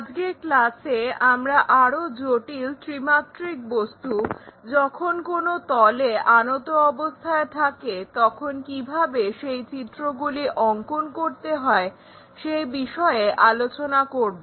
আজকের ক্লাসে আমরা আরো জটিল ত্রিমাত্রিক বস্তু যখন কোনো তলে আনত অবস্থায় থাকে তখন কিভাবে সেই চিত্রগুলি অংকন করতে হয় সেই বিষয়ে আলোচনা করব